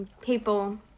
people